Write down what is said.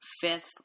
fifth